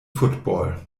football